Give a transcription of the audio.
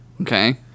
Okay